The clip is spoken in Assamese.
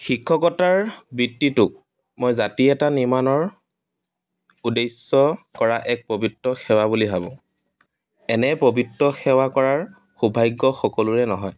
শিক্ষকতাৰ বৃত্তিটোক মই জাতি এটা নিৰ্মাণৰ উদ্দেশ্য কৰা এক পবিত্ৰ সেৱা বুলি ভাবোঁ এনে পবিত্ৰ সেৱা কৰাৰ সৌভাগ্য সকলোৰে নহয়